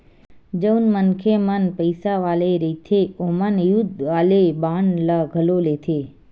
जउन मनखे मन पइसा वाले रहिथे ओमन युद्ध वाले बांड ल घलो लेथे